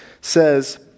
says